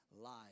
life